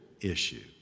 issue